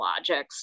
logics